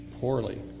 poorly